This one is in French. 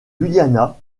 guyana